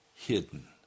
Hidden